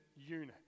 unit